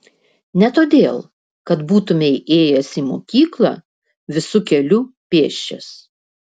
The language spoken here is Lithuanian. ne todėl kad būtumei ėjęs į mokyklą visu keliu pėsčias